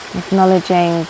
acknowledging